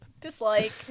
dislike